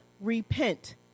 repent